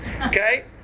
Okay